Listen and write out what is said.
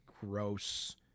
gross